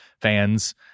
fans